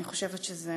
אני חושבת שזה